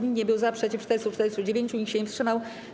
Nikt nie był za, przeciw - 449, nikt się nie wstrzymał.